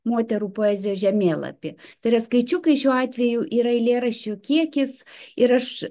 moterų poezijos žemėlapį tai yra skaičiukai šiuo atveju yra eilėraščių kiekis ir aš